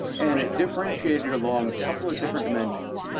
and it differentiated along a couple of different dimensions,